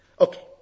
Okay